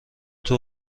طول